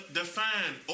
define